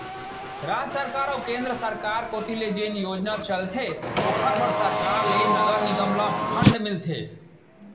राज सरकार अऊ केंद्र सरकार कोती ले जेन योजना चलथे ओखर बर सरकार ले नगर निगम ल फंड मिलथे